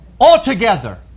Altogether